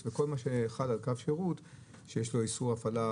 איזו הידברות